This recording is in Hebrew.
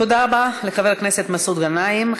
תודה רבה לחבר הכנסת מסעוד גנאים.